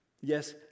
Yes